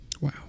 Wow